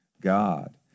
God